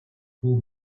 бүү